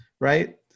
right